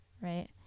right